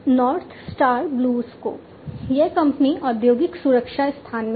north Star BlueScope यह कंपनी औद्योगिक सुरक्षा स्थान में है